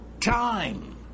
time